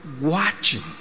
watching